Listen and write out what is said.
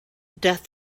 death